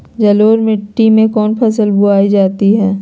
जलोढ़ मिट्टी में कौन फसल बोई जाती हैं?